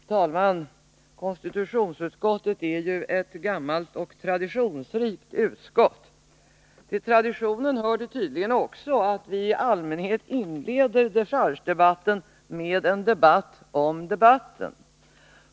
Herr talman! Konstitutionsutskottet är ett gammalt och traditionsrikt utskott. Till traditionen hör tydligen också att vi i allmänhet inleder dechargedebatten med en debatt om debatten.